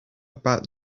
about